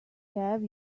have